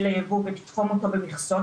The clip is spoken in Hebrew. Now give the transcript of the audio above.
לייבוא מחו"ל ותדאג לתחום אותו במכסות,